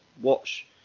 watch